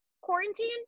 quarantine